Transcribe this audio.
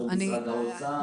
מול משרד האוצר.